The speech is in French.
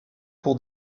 pour